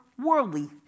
worldly